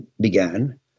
began